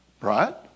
Right